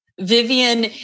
Vivian